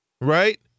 Right